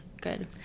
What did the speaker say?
good